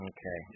Okay